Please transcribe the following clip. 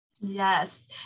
yes